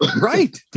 Right